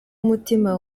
umutima